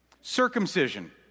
Circumcision